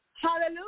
Hallelujah